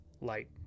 light